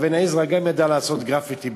אבן עזרא גם ידע לעשות גרפיטי,